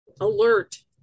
Alert